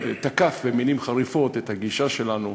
תקף במילים חריפות את הגישה שלנו